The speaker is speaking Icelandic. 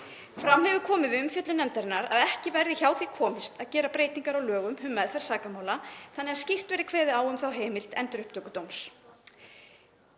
Fram hefur komið við umfjöllun nefndarinnar að ekki verði hjá því komist að gera breytingar á lögum um meðferð sakamála þannig að skýrt verði kveðið á um þá heimild Endurupptökudóms.